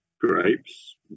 grapes